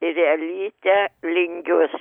ir elytę lingius